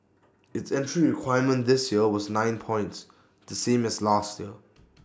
its entry requirement this year was nine points the same as last year